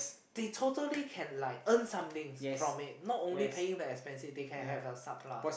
they totally can like earn something from it not only paying the expensive they can have a sub lah